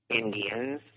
Indians